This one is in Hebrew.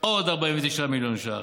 עוד 49 מיליון ש"ח.